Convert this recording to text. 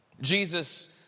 Jesus